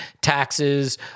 taxes